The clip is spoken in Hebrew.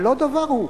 הלוא דבר הוא.